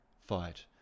fight